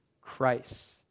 Christ